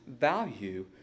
value